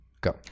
go